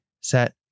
set